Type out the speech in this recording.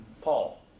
Paul